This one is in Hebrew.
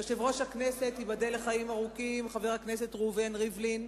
יושב-ראש הכנסת, ייבדל לחיים ארוכים, רובי ריבלין,